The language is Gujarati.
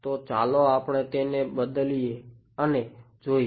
તો ચાલો આપણે તેને બદલીએ અને જોઈએ